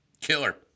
Killer